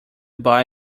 buy